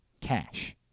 Cash